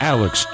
Alex